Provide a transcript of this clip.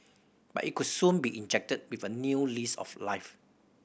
but it could soon be injected with a new lease of life